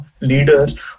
leaders